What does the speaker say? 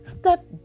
step